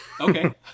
Okay